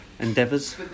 endeavors